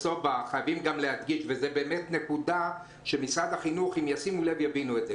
חייבים להדגיש ומשרד החינוך צריך לשים לב ולהבין את זה